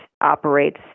operates